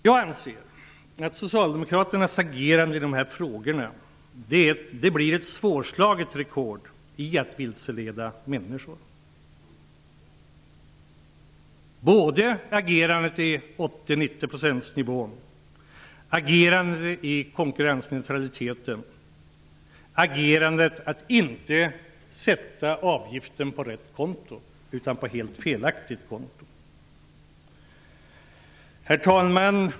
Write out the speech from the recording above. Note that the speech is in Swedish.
Jag anser att Socialdemokraternas agerande i dessa frågor blir ett svårslaget rekord när det gäller att vilseleda människor. Det gäller såväl deras agerande i frågan om 80 eller90-procentsnivå, deras agerande vad gäller konkurrensneutraliteten som deras agerande när det gäller att inte sätta in avgiften på rätt konto utan på helt fel konto. Herr talman!